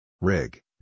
Rig